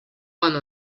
one